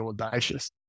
audacious